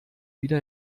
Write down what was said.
wieder